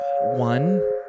One